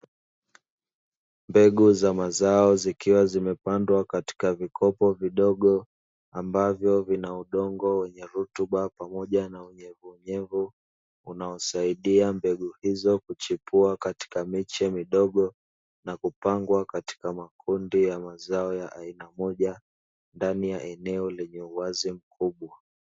Mbegu za mazao zikiwa zimepandwa katika vikopo vidogo, ambavyo vina udongo wenye rutuba pamoja na unyevunyevu, unaosaidia mbegu hizo kuchipua katika miche midogo na kupangwa katika makundi ya mazao ya aina moja, ndani ya eneo lenye uwazi mkubwa.